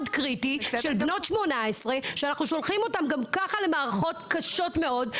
קריטי של בנות 18 שאנחנו שולחים אותן גם כך למערכות קשות מאוד.